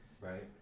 right